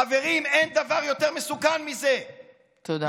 חברים, אין דבר יותר מסוכן מזה, תודה.